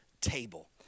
table